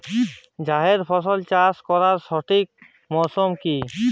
জায়েদ ফসল চাষ করার সঠিক মরশুম কি?